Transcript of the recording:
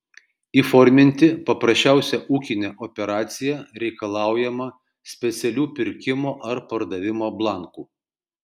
įforminti paprasčiausią ūkinę operaciją reikalaujama specialių pirkimo ar pardavimo blankų